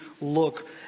look